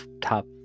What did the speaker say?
top